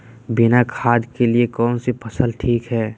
बिना खाद के लिए कौन सी फसल ठीक है?